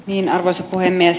arvoisa puhemies